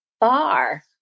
bar